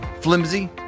flimsy